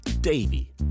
Davey